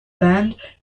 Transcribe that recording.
band